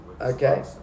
Okay